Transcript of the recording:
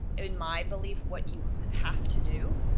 in my belief, what you have to do